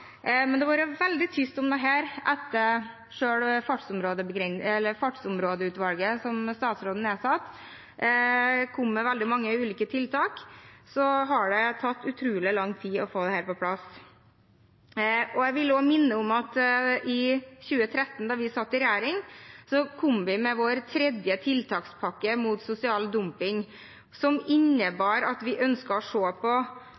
Men det har vært veldig tyst om dette. Selv om Fartsområdeutvalget, som statsråden nedsatte, kom med veldig mange ulike tiltak, har det tatt utrolig lang tid å få dette på plass. Jeg vil også minne om at i 2013, da vi satt i regjering, kom vi med vår tredje tiltakspakke mot sosial dumping, som innebar at vi ønsket å se på